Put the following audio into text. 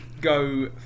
go